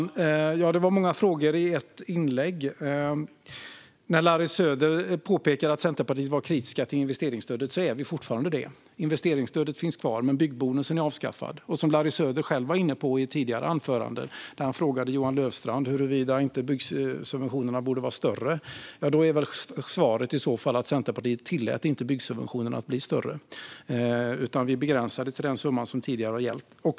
Fru talman! Det var många frågor i ett inlägg. Larry Söder påpekar att Centerpartiet var kritiskt till investeringsstödet, och det är vi fortfarande. Investeringsstödet finns kvar, men byggbonusen är avskaffad. Larry Söder själv var inne på frågan i ett tidigare anförande när han frågade Johan Löfstrand om inte byggsubventionerna borde vara större. Svaret är i så fall att Centerpartiet inte tillät byggsubventionerna att bli större, utan vi begränsade dem till den summa som tidigare hade gällt.